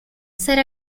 ser